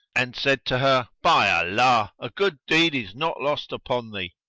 and said to her, by allah! a good deed is not lost upon thee!